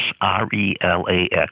R-E-L-A-X